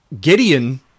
Gideon